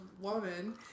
woman